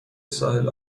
ساحل